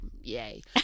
yay